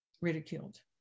ridiculed